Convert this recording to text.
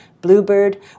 Bluebird